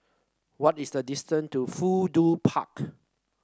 what is the distant to Fudu Park